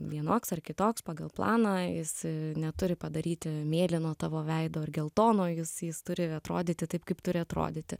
vienoks ar kitoks pagal planą jis neturi padaryti mėlyno tavo veido ar geltono jis jis turi atrodyti taip kaip turi atrodyti